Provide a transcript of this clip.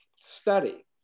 study